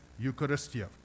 Eucharistia